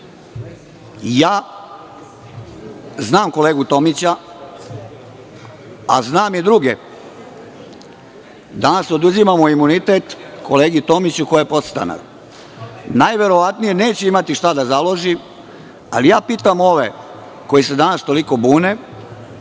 vlast. Znam kolegu Tomića, a znam i druge. Danas oduzimamo imunitet kolegi Tomiću, koji je podstanar. Najverovatnije neće imati šta da založi, ali pitam ove koji se danas toliko bune